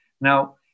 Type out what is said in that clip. Now